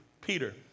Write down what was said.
Peter